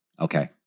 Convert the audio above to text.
Okay